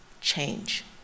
change